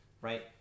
right